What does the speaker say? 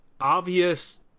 obvious